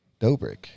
Dobrik